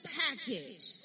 package